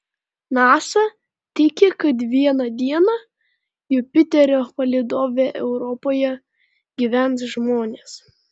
nasa tiki kad vieną dieną jupiterio palydove europoje gyvens žmonės